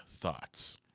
thoughts